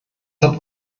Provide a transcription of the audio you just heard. hat